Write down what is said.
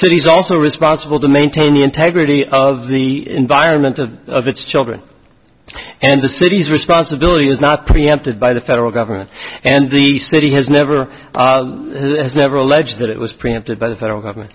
is also responsible to maintain the integrity of the environment of its children and the city's responsibility is not preempted by the federal government and the city has never has never alleged that it was preempted by the federal government